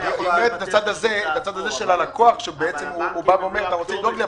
הצד הזה של הלקוח שאומר אתה רוצה לדאוג לי,